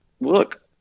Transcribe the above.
look